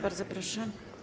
Bardzo proszę.